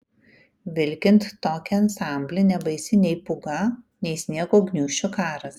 vilkint tokį ansamblį nebaisi nei pūga nei sniego gniūžčių karas